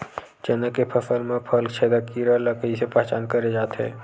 चना के फसल म फल छेदक कीरा ल कइसे पहचान करे जाथे?